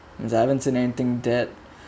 cause I haven't said anything that